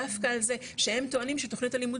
דווקא על זה שהם טוענים שתוכנית הלימוד